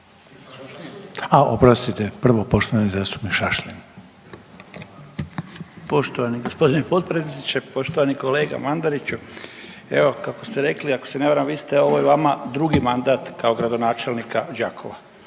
A, oprostite, prvo poštovani zastupnik Šašlin. **Šašlin, Stipan (HDZ)** Poštovani g. potpredsjedniče, poštovani kolega Mandariću. Evo, kako ste rekli, ako se ne varam, vi ste, ovo je vama drugi mandat kao gradonačelnika Đakova.